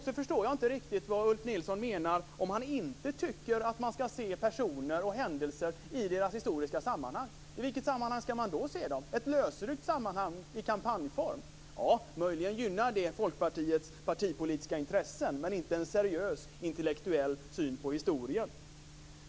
Jag förstår inte vad Ulf Nilsson menar om han inte tycker att man skall se personer och händelser i deras historiska sammanhang. I vilket sammanhang skall man då se dem, i ett lösryckt sammanhang i kampanjform? Ja, möjligen gynnar det Folkpartiets partipolitiska intressen, men det ger inte en seriös intellektuell syn på historien.